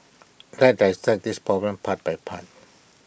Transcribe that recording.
let's dissect this problem part by part